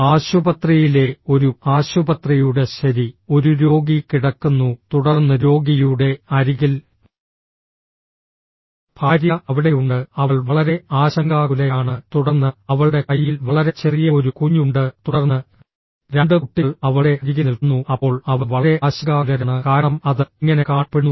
ആശുപത്രിയിലെ ഒരു ആശുപത്രിയുടെ ശരി ഒരു രോഗി കിടക്കുന്നു തുടർന്ന് രോഗിയുടെ അരികിൽ ഭാര്യ അവിടെയുണ്ട് അവൾ വളരെ ആശങ്കാകുലയാണ് തുടർന്ന് അവളുടെ കൈയിൽ വളരെ ചെറിയ ഒരു കുഞ്ഞ് ഉണ്ട് തുടർന്ന് രണ്ട് കുട്ടികൾ അവളുടെ അരികിൽ നിൽക്കുന്നു അപ്പോൾ അവർ വളരെ ആശങ്കാകുലരാണ് കാരണം അത് ഇങ്ങനെ കാണപ്പെടുന്നു